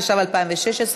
התשע"ו 2016,